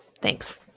Thanks